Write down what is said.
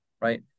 right